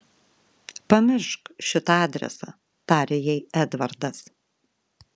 pamiršk šitą adresą tarė jai edvardas